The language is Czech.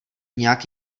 nějak